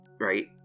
right